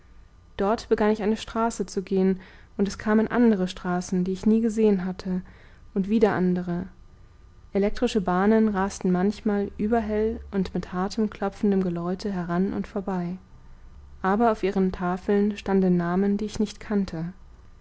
dort begann ich eine straße zu gehen und es kamen andere straßen die ich nie gesehen hatte und wieder andere elektrische bahnen rasten manchmal überhell und mit hartem klopfendem geläute heran und vorbei aber auf ihren tafeln standen namen die ich nicht kannte